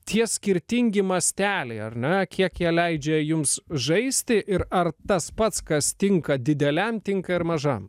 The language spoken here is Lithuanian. tie skirtingi masteliai ar ne kiek jie leidžia jums žaisti ir ar tas pats kas tinka dideliam tinka ir mažam